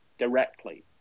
directly